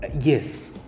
yes